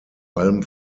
allem